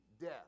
death